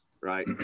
right